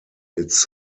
its